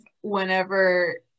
whenever